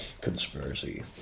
Conspiracy